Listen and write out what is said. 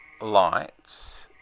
lights